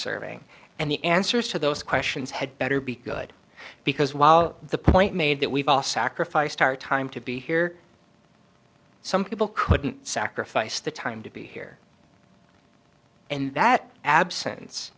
serving and the answers to those questions had better be good because while the point made that we've all sacrificed our time to be here some people couldn't sacrifice the time to be here and that absence